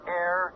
air